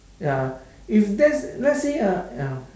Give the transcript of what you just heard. ya if let's let's say uh ya